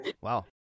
wow